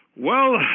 well,